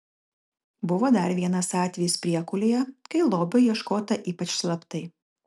buvo dar vienas atvejis priekulėje kai lobio ieškota ypač slaptai